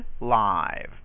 live